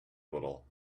little